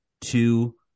two